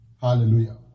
Hallelujah